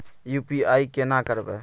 UPI केना करबे?